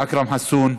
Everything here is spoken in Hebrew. אכרם חסון,